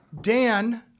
Dan